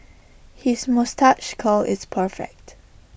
his moustache curl is perfect